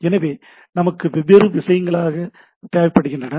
எனவே நமக்கு வெவ்வேறு வகையான விஷயங்கள் தேவைப்படுகின்றன